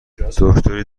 دکتری